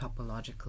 Topological